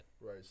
Right